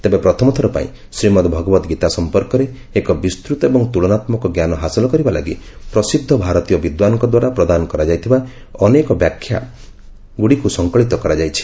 ତେବେ ପ୍ରଥମଥର ପାଇଁ ଶ୍ରୀମଦ୍ ଭଗବତ୍ ଗୀତା ସମ୍ପର୍କରେ ଏକ ବିସ୍ତୃତ ଏବଂ ତୁଳନାତ୍ମକ ଜ୍ଞାନ ହାସଲ କରିବା ଲାଗି ପ୍ରସିଦ୍ଧ ଭାରତୀୟ ବିଦ୍ୱାନଙ୍କ ଦ୍ୱାରା ପ୍ରଦାନ କରାଯାଇଥିବା ଅନେକ ବ୍ୟାଖ୍ୟା ଗୁଡ଼ିକୁ ସଂକଳିତ କରାଯାଇଛି